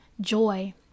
joy